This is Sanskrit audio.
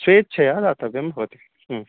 स्वेच्छया दातव्यं भवति